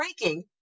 breaking